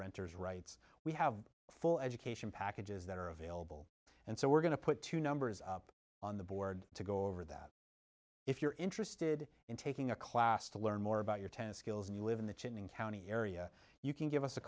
renters rights we have full education packages that are available and so we're going to put two numbers up on the board to go over that if you're interested in taking a class to learn more about your test skills and you live in the chinning county area you can give us a